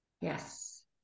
yes